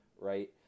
right